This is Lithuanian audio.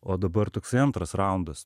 o dabar toksai antras raundas